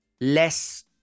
less